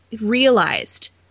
realized